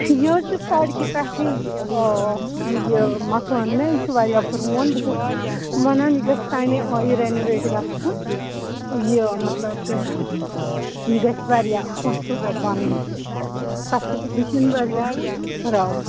یہِ حظ چھِ سَڑکہ پٮ۪ٹھٕے آ یہِ مکان مےٚ یہِ چھِ واریاہ پرٛون بہٕ چھَس وَنان یہِ گژھِ تٔمۍ آیہِ رٮ۪نِویٹ گژھُن یہِ مطلب گژھِ یہِ گژھِ واریاہ خوٗبصوٗرَت بَنُن تَتھ چھےٚ کَنٛڈِشَن واریاہ خراب